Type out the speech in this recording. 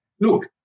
Look